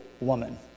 woman